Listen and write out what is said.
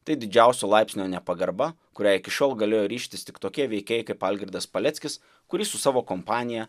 tai didžiausio laipsnio nepagarba kuriai iki šiol galėjo ryžtis tik tokie veikėjai kaip algirdas paleckis kuris su savo kompanija